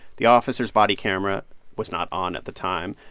the officer's body camera was not on at the time.